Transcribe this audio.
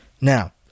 Now